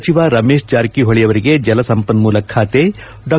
ಸಚಿವ ರಮೇಶ್ ಜಾರಕಿಹೊಳಿ ಅವರಿಗೆ ಜಲಸಂಪನ್ನೂಲ ಬಾತೆ ಡಾ